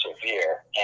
severe